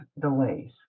delays